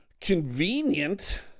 convenient